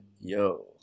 yo